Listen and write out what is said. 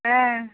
एँ